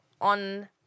on